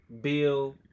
Bill